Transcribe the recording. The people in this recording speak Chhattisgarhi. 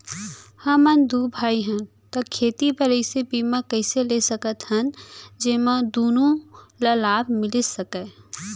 हमन दू भाई हन ता खेती बर ऐसे बीमा कइसे ले सकत हन जेमा दूनो ला लाभ मिलिस सकए?